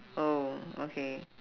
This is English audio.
oh okay